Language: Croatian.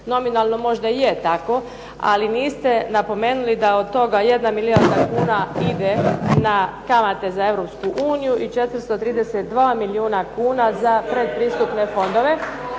Nominalno možda je tako, ali niste napomenuli da od toga jedna milijarda kuna ide na kamate za Europsku uniju i 432 milijuna kuna za pretpristupne fondove,